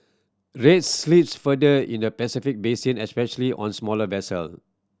rates slip further in the Pacific basin especially on smaller vessel